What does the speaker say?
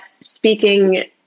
speaking